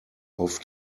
auf